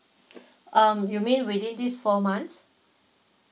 um you mean within these four months